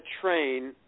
train